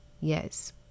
yes